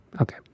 Okay